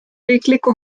riikliku